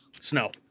Snow